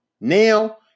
Now